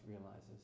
realizes